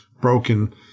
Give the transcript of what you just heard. broken